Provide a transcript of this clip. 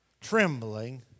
trembling